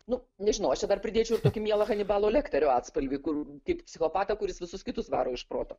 nu nežinau aš čia dar pridėčiau ir tokį mielą hanibalo lekterio atspalvį kur kaip psichopatą kuris visus kitus varo iš proto